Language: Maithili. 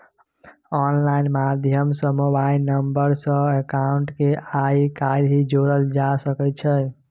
आनलाइन माध्यम सँ मोबाइल नंबर सँ अकाउंट केँ आइ काल्हि जोरल जा सकै छै